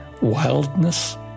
wildness